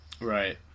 Right